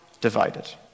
divided